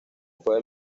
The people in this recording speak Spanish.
puede